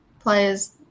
players